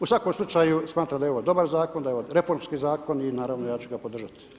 U svakom slučaju smatram da je ovo dobar zakon, da je ovo reformski zakon i naravno ja ću ga podržati